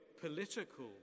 political